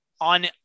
on